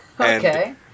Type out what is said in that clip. Okay